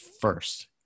first